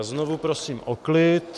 Znovu prosím o klid.